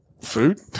Food